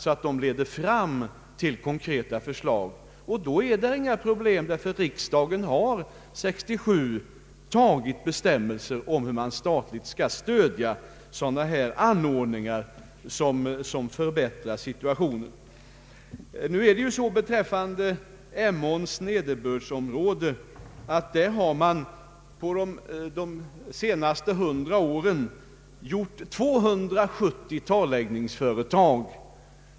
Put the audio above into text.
När konkreta förslag till åtgärder har utkristalliserats, är det egentligen inga problem, eftersom riksdagen, som sagt, har antagit bestämmelser om hur staten skall stödja anordningar som förbättrar sådana här situationer. Inom Emåns nederbördsområde har man under de senaste hundra åren gjort 270 torrläggningsföretag.